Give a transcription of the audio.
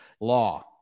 law